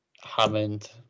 Hammond